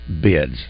bids